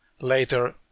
later